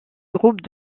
groupes